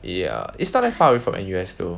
ya it's not that far away from N_U_S though